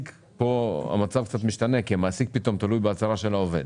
פה המצב קצת משתנה כי המעסיק פתאום תלוי בהצהרה של העובד.